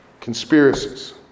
conspiracies